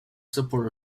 supporter